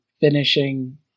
finishing